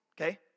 okay